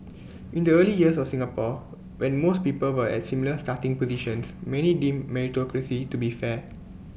in the early years of Singapore when most people were at similar starting positions many deemed meritocracy to be fair